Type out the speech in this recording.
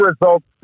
results